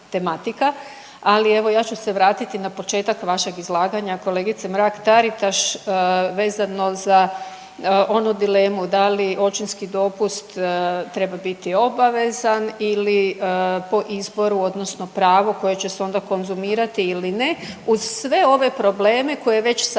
Ali, evo, ja ću se vratiti na početak vašeg izlaganja kolegice Mrak Taritaš vezano za onu dilemu da li očinski dopust treba biti obavezan ili po izboru odnosno pravo koje će se onda konzumirati ili ne uz sve ove probleme koje već sada imaju